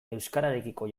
euskararekiko